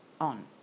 on